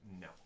No